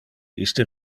iste